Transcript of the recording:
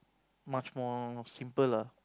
much more simple lah